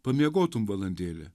pamiegotum valandėlę